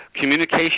Communication